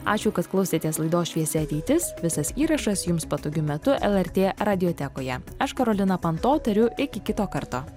ačiū kad klausėtės laidos šviesi ateitis visas įrašas jums patogiu metu lrt radiotekoje aš karolina panto tariu iki kito karto